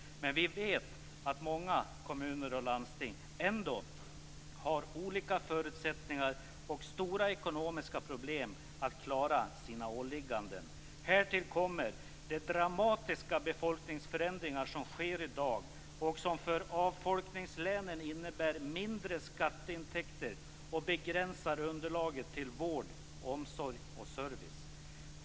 Men vi vet att många kommuner och landsting ändå har olika förutsättningar och stora ekonomiska problem när det gäller att klara sina åligganden. Härtill kommer de dramatiska befolkningsförändringar som sker i dag och som för avfolkningslänen innebär mindre skatteintäkter och begränsar underlaget till vård, omsorg och service.